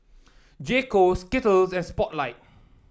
J Co Skittles and Spotlight